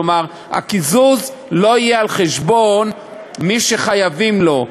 כלומר, הקיזוז לא יהיה על חשבון מי שחייבים לו.